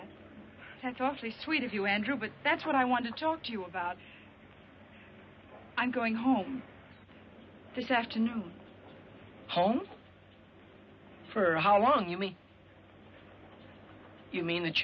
that that's awfully sweet of you andrew but that's what i want to talk to you about i'm going home this afternoon i'm home for how long you me you mean that